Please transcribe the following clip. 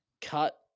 cut